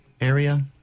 area